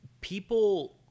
people